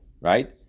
Right